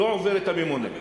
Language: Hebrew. לא עובר את הממונה.